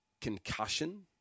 concussion